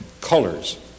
colors